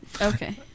Okay